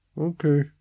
okay